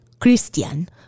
Christian